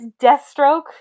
Deathstroke